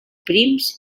prims